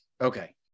Okay